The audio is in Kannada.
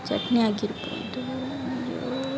ಚಟ್ನಿಯಾಗಿರ್ಬೋದು